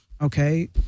Okay